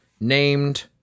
named